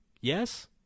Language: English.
Yes